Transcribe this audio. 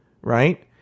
right